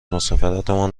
مسافرتمان